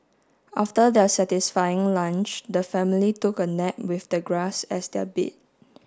after their satisfying lunch the family took a nap with the grass as their bed